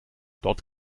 dort